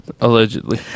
Allegedly